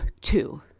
two